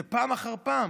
זה פעם אחר פעם.